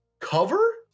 cover